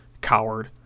coward